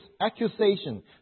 accusation